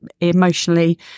emotionally